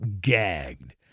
gagged